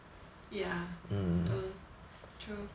ya betul true